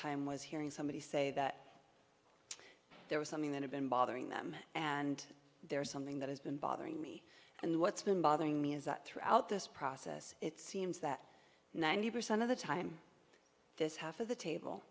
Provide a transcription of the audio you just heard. time was hearing somebody say that there was something that had been bothering them and there is something that has been bothering me and what's been bothering me is that throughout this process it seems that ninety percent of the time this half of the table